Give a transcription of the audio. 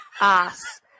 ass